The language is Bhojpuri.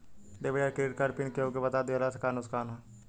डेबिट या क्रेडिट कार्ड पिन केहूके बता दिहला से का नुकसान ह?